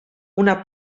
una